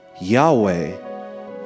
Yahweh